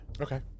Okay